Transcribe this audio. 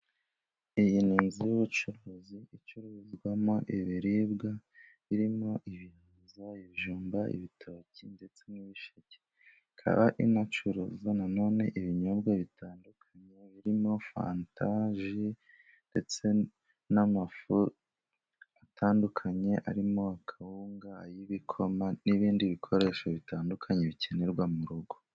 Iyi ni inzu y'ubucuruzi, icururizwamo ibiribwa birimo ibihaza, ibijumba, ibitoki, ndetse n'ibisheke. Ikaba inacuruza na none ibinyobwa bitandukanye birimo fanta, ji ndetse n'amafu atandukanye, arimo kawunga, ay'ibikoma, n'ibindi bikoresho bitandukanye, bikenerwa mu rugo.